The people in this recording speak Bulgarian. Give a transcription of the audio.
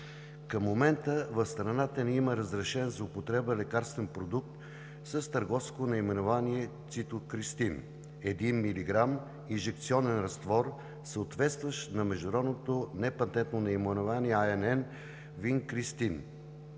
към момента в страната ни има разрешен за употреба лекарствен продукт с търговско наименование „Цитокристин“ 1 мг инжекционен разтвор, съответстващ на международното непатентно наименование „INN-винкристин“.